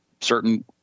certain